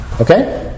Okay